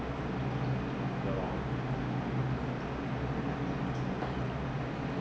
but it makes sense because if they if you do it the other way that wall you are going to put sofa